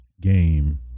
game